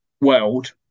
world